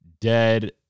dead